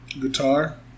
Guitar